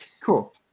Cool